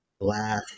Laugh